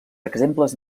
exemples